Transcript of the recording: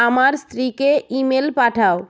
আমার স্ত্রীকে ইমেল পাঠাও